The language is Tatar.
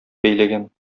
бәйләгән